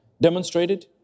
demonstrated